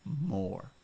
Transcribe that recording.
more